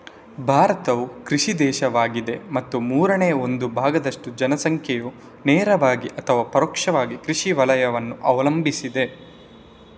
ಭಾರತವು ಕೃಷಿ ದೇಶವಾಗಿದೆ ಮತ್ತು ಮೂರನೇ ಒಂದು ಭಾಗದಷ್ಟು ಜನಸಂಖ್ಯೆಯು ನೇರವಾಗಿ ಅಥವಾ ಪರೋಕ್ಷವಾಗಿ ಕೃಷಿ ವಲಯವನ್ನು ಅವಲಂಬಿಸಿದೆ